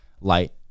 light